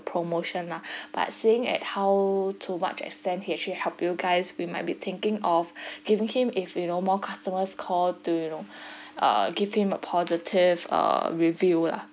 promotion lah but seeing at how to what extent he actually help you guys we might be thinking of giving him if you know more customers call to you know uh give him a positive uh review lah